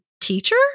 teacher